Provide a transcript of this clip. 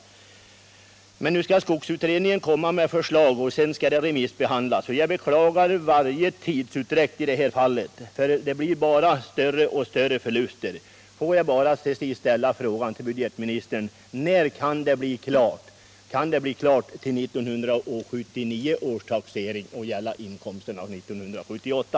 Men skogsutredningen skall komma med ett förslag, och sedan skall det remissbehandlas. Jag beklagar varje tidsutdräkt i det här fallet, för det blir bara större och större förluster. Får jag till sist ställa en fråga till budgetministern: När kan detta bli klart? Kan det bli klart till 1979 års taxering och gälla inkomsterna under 1978?